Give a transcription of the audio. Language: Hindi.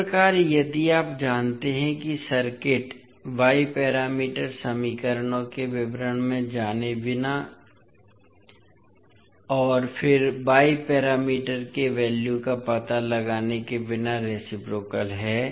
इस प्रकार यदि आप जानते हैं कि सर्किट y पैरामीटर समीकरणों के विवरण में जाए बिना और फिर y पैरामीटर के वैल्यू का पता लगाने के बिना रेसिप्रोकल है